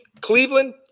Cleveland